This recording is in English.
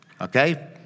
okay